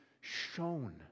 shown